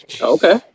Okay